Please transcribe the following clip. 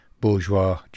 bourgeois